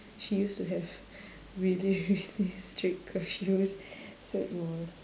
she used to have really really strict curfews so it was